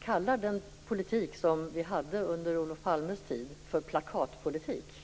kallar den politik som vi hade under Olof Palmes tid för plakatpolitik.